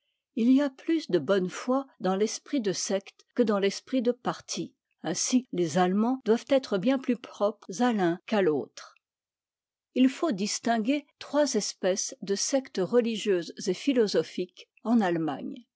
i y a plus de bonne foi dans l'esprit de secte que dans l'esprit de parti ainsi les allemands doivent être bien plus propres à l'un qu'à l'autre il faut distinguer trois espèces de sectes religieuses et philosophiques en allemagne